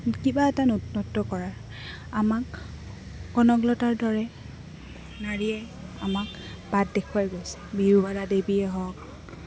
কিবা এটা নতুনত্ব কৰাৰ আমাক কনকলতাৰ দৰে নাৰীয়ে আমাক বাট দেখুৱাই গৈছে বিৰুবালা দেৱীয়ে হওক